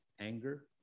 anger